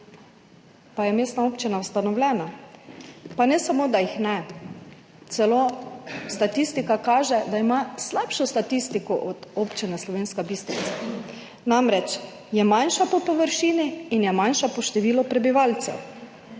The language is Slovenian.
pa je mestna občina ustanovljena. Pa ne samo, da jih ne, statistika kaže, da ima celo slabšo statistiko od Občine Slovenska Bistrica. Namreč, manjša je po površini in manjša je po številu prebivalcev.